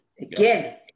again